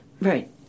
Right